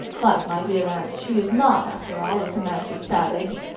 but, my dear aunt, she is not, after all, a comanche savage.